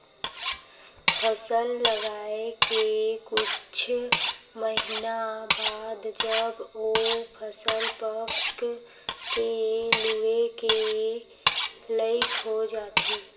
फसल लगाए के कुछ महिना बाद जब ओ फसल पक के लूए के लइक हो जाथे